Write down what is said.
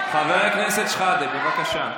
חבר הכנסת שחאדה, בבקשה.